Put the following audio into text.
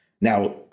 Now